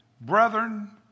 Brethren